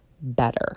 better